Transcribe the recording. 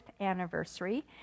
anniversary